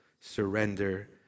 surrender